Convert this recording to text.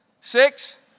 Six